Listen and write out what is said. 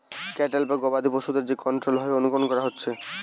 cattle বা গবাদি পশুদের যে কন্ট্রোল্ড ভাবে অনুকরণ করা হতিছে